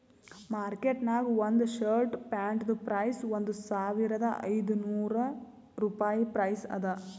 market ನಾಗ್ ಒಂದ್ shirt ಪ್ಯಾಂಟ್ದು ಪ್ರೈಸ್ ಒಂದ್ ಸಾವಿರದ ಐದ ನೋರ್ ರುಪಾಯಿ ಪ್ರೈಸ್ ಅದಾ